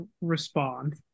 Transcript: respond